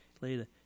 later